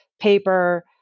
paper